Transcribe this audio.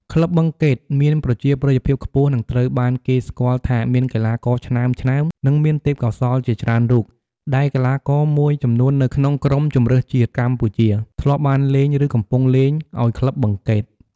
ក្លឹបបឹងកេតមានប្រជាប្រិយភាពខ្ពស់ និងត្រូវបានគេស្គាល់ថាមានកីឡាករឆ្នើមៗ និងមានទេពកោសល្យជាច្រើនរូប ដែលកីឡាករមួយចំនួននៅក្នុងក្រុមជម្រើសជាតិកម្ពុជា ធ្លាប់បានលេង ឬកំពុងលេងឲ្យក្លឹបបឹងកេត។